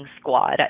squad